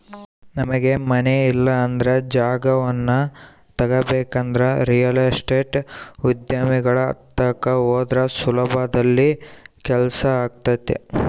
ನಮಗೆ ಮನೆ ಇಲ್ಲಂದ್ರ ಜಾಗವನ್ನ ತಗಬೇಕಂದ್ರ ರಿಯಲ್ ಎಸ್ಟೇಟ್ ಉದ್ಯಮಿಗಳ ತಕ ಹೋದ್ರ ಸುಲಭದಲ್ಲಿ ಕೆಲ್ಸಾತತೆ